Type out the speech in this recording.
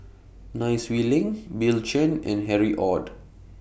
Nai Swee Leng Bill Chen and Harry ORD